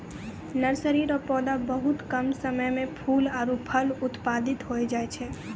nursery रो पौधा बहुत कम समय मे फूल आरु फल उत्पादित होय जाय छै